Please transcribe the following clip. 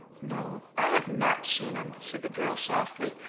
no, i have not seen him, said the girl softly.